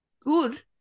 good